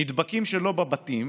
נדבקים שלא בבתים,